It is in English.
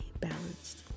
balanced